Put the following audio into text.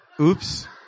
oops